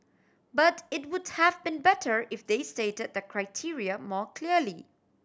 but it would have been better if they stated the criteria more clearly